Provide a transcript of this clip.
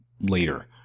later